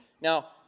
now